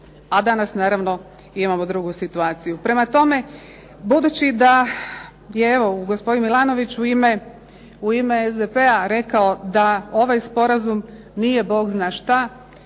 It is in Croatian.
A danas naravno imamo drugu situaciju. Prema tome, budući da je evo gospodin Milanović u ime SDP-a rekao da ovaj sporazum nije bogzna što